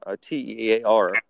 T-E-A-R